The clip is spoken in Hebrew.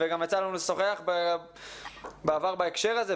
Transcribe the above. וגם יצא לנו לשוחח בעבר בהקשר הזה,